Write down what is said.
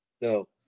No